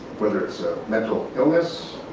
whether it's mental illness,